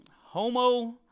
homo